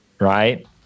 right